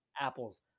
apples